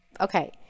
Okay